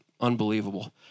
unbelievable